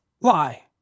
lie